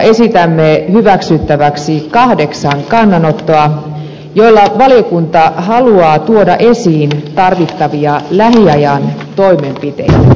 mietintömme lopussa esitämme hyväksyttäväksi kahdeksan kannanottoa joilla valiokunta haluaa tuoda esiin tarvittavia lähiajan toimenpiteitä